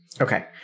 Okay